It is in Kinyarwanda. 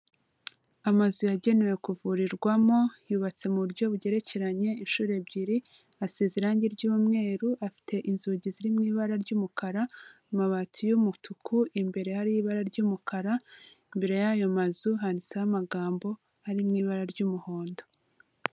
Amazu yagenewe kuvurirwamo. Yubatse mu buryo bugerekeranye inshuro ebyiri. Asize irangi ry'umweru. Afite inzugi ziri mu ibara ry'umukara, amabati y'umutuku, imbere hariho ibara ry'umukara. Imbere y'ayo mazu handitseho amagambo, ari mu ibara ry'umuhondo.